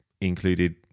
included